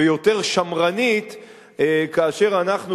ויותר שמרנית כאשר אנחנו,